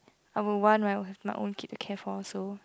I would want to have my own kid to care for also